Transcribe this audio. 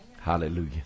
Hallelujah